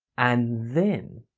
and then